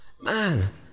man